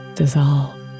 dissolve